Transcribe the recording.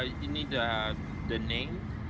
ah you need the name?